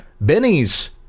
Benny's